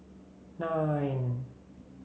nine